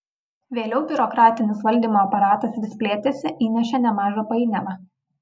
vėliau biurokratinis valdymo aparatas vis plėtėsi įnešė nemažą painiavą